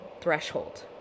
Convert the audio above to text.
threshold